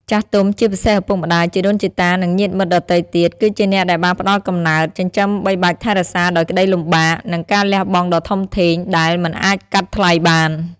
ចាស់ទុំ ជាពិសេសឪពុកម្ដាយ ជីដូនជីតា និងញាតិមិត្តដទៃទៀត គឺជាអ្នកដែលបានផ្ដល់កំណើត ចិញ្ចឹមបីបាច់ថែរក្សាដោយក្ដីលំបាក និងការលះបង់ដ៏ធំធេង ដែលមិនអាចកាត់ថ្លៃបាន។